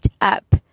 up